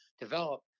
develop